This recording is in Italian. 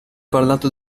parlato